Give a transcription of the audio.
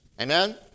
Amen